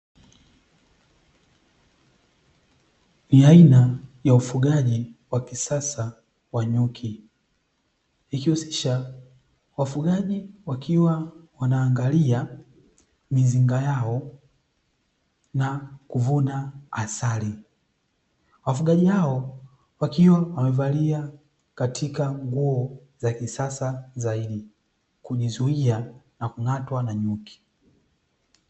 Ni aina ya ufugaji wa kisasa wa nyuki, ikihusisha wafugaji, wakiwa wanaangalia mizinga yao na kuvuna asali. Wafugaji hao wakiwa wamevalia nguo za kisasa zaidi, kujizuia na kung'atwa na nyuki.